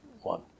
one